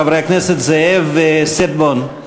חברי הכנסת זאב ושטבון,